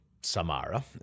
Samara